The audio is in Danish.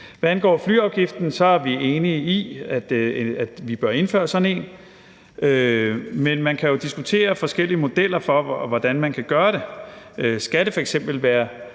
Hvad angår flyafgiften er vi enige i, at vi bør indføre sådan en, men man kan jo diskutere forskellige modeller for, hvordan man kan gøre det. Skal det f.eks. være